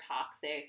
toxic